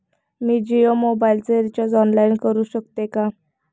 मी जियो मोबाइलचे recharge online करू शकते का?